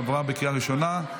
עברה בקריאה הראשונה,